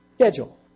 schedule